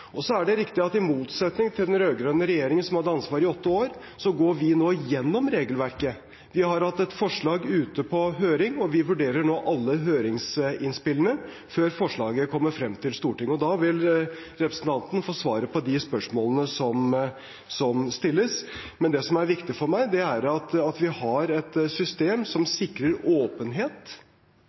er riktig at i motsetning til den rød-grønne regjeringen, som hadde ansvaret i åtte år, så går vi nå gjennom regelverket. Vi har hatt et forslag ute på høring, og vi vurderer nå alle høringsinnspillene før forslaget kommer frem til Stortinget. Da vil representanten få svaret på de spørsmålene som stilles. Men det som er viktig for meg, er at vi har et system som sikrer åpenhet.